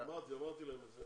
אמרתי להם את זה.